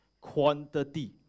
quantity